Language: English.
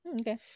okay